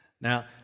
Now